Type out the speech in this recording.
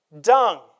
dung